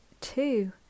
two